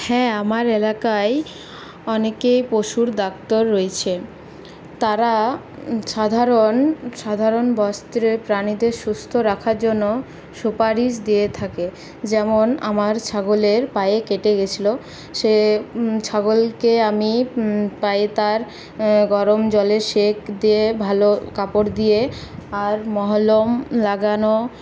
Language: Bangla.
হ্যাঁ আমার এলাকায় অনেকেই পশুর ডাক্তার রয়েছে তারা সাধারণ সাধারণ বস্ত্রের প্রাণীদের সুস্থ রাখার জন্য সুপারিশ দিয়ে থাকে যেমন আমার ছাগলের পায়ে কেটে গেছিল সে ছাগলকে আমি পায়ে তার গরম জলে সেঁক দিয়ে ভালো কাপড় দিয়ে আর মলম লাগানো